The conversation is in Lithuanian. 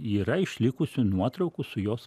yra išlikusių nuotraukų su jos